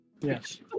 Yes